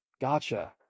Gotcha